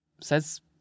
says